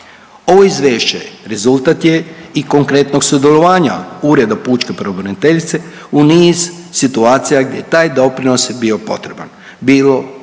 Ovo Izvješće rezultat je i konkretnog sudjelovanja Ureda pučke pravobraniteljice u niz situacija gdje taj doprinos je bio potreban, bilo